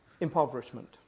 impoverishment